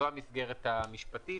זאת המסגרת המשפטית.